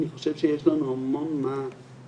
אני חושב שיש לנו המון מה לתקן,